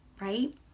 right